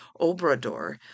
Obrador